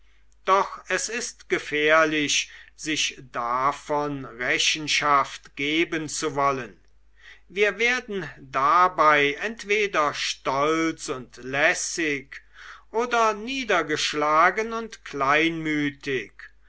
doch es ist gefährlich sich davon rechenschaft geben zu wollen wir werden dabei entweder stolz und lässig oder niedergeschlagen und kleinmütig